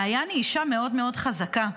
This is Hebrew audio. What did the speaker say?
מעיין היא אישה מאוד מאוד חזקה,